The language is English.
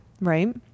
right